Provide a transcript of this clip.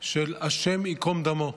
של "השם ייקום דמו".